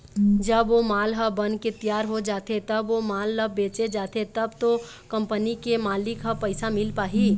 जब ओ माल ह बनके तियार हो जाथे तब ओ माल ल बेंचे जाथे तब तो कंपनी के मालिक ल पइसा मिल पाही